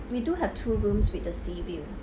we do have two rooms with the sea view